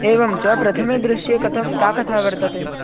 एवं च प्रथमे दृश्ये कथं का कथा वर्तते